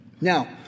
Now